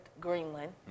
Greenland